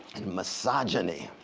and misogyny